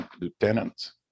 lieutenants